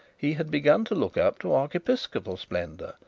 he had begun to look up to archepiscopal splendour,